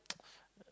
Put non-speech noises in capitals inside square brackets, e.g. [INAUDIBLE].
[NOISE]